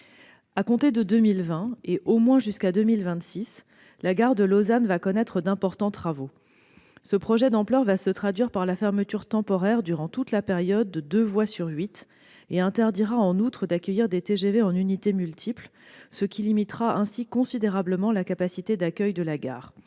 À compter de 2020 et au moins jusqu'en 2026, la gare de Lausanne va connaître d'importants travaux. Ce projet d'ampleur va se traduire par la fermeture temporaire durant toute la période de deux voies sur huit, et interdira en outre d'accueillir des TGV en unités multiples, ce qui limitera ainsi considérablement la capacité d'accueil de la gare.